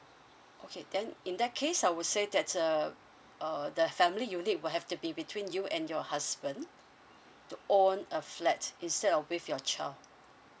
okay then in that case I would say that uh uh the family unit will have to be between you and your husband to own a flat instead of with your child